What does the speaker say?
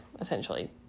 essentially